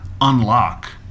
unlock